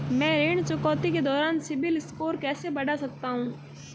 मैं ऋण चुकौती के दौरान सिबिल स्कोर कैसे बढ़ा सकता हूं?